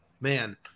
Man